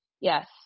Yes